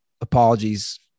Apologies